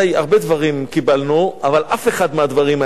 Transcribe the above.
הרבה דברים קיבלנו אבל אף אחד מהדברים האלה,